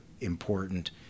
important